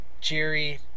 Jerry